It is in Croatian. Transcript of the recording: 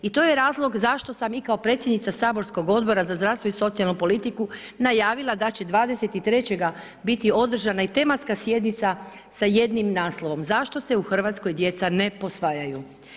I to je razlog zašto sam i kao predsjednica saborskog Odbora za zdravstvo i socijalnu politiku najavila da će 23. biti održana i tematska sjednica sa jednim naslovom Zašto se u Hrvatskoj djeca ne posvajaju?